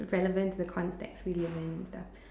relevant in the context we live in the